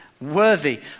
Worthy